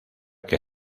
que